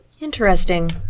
interesting